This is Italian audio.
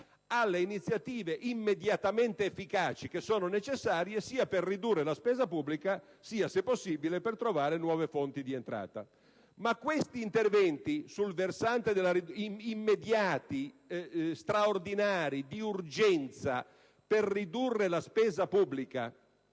alle iniziative immediatamente efficaci che sono necessarie per ridurre la spesa pubblica e, se possibile, per trovare nuove fonti di entrata. Questi interventi immediati, straordinari, di urgenza per ridurre la spesa pubblica